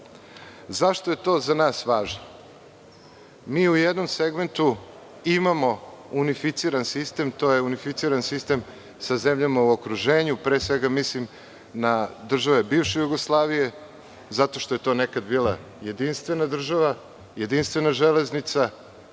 je to za nas važno? Mi u jednom segmentu imamo unificiran sistem. To je unificiran sistem sa zemljama u okruženju. Pre svega mislim na države bivše Jugoslavije zato što je to nekada bila jedinstvena država, jedinstvena železnica.